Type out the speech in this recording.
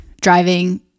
driving